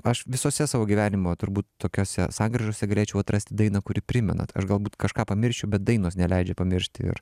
aš visose savo gyvenimo turbūt tokiose sankryžose greičiau atrasti dainą kuri primena tai aš galbūt kažką pamiršiu bet dainos neleidžia pamiršti ir